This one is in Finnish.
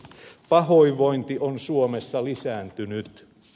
pahoinvointi on suomessa lisääntynyt